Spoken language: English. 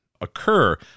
occur